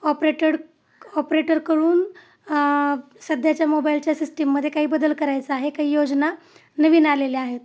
operated ऑपरेटरकडून सध्याच्या मोबाईलच्या सिस्टीममध्ये काही बदल करायचा आहे काही योजना नवीन आलेल्या आहेत